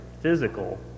physical